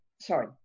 Sorry